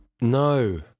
No